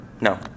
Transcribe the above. No